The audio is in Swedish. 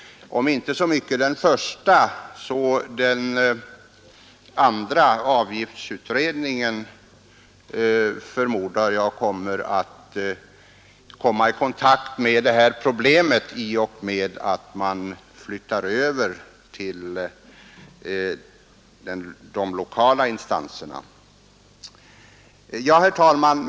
Jag förmodar dock att åtminstone den s.k. avgiftsutredningen kommer att få syssla med detta problem, eftersom denna utredning skall framlägga förslag om en överflyttning av arbetsuppgifter till de lokala instanserna. Herr talman!